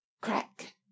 Crack